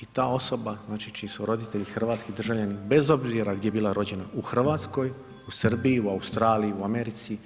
I ta osoba znači čiji su roditelji hrvatski državljani bez obzira gdje bila rođena u Hrvatskoj, u Srbiji, u Australiji, u Americi